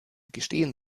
gestehen